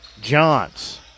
Johns